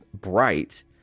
bright